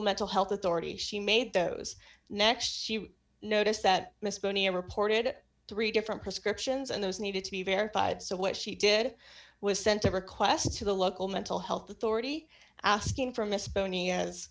mental health authority she made those next she noticed that misspoke he reported three different prescriptions and those needed to be verified so what she did was sent a request to the local mental health authority asking for miss boney as